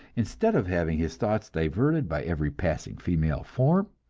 instead of having his thoughts diverted by every passing female form,